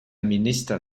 minister